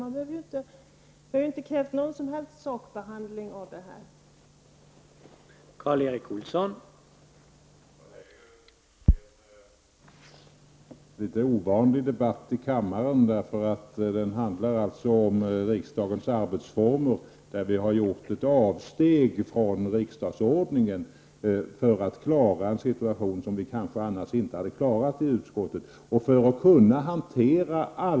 Miljöpartiet har inte krävt någon som helst sakbehandling av detta yttrande.